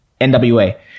nwa